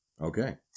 Okay